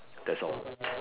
that's all